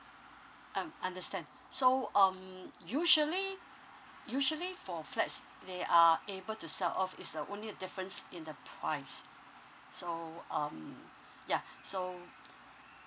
um understand so um usually usually for flats they are able to sell off it's uh only the difference in the price so um yeah so